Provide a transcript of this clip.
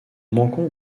manquons